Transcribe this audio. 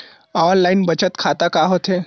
Online बचत खाता का होथे?